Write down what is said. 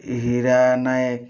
Hira Nayak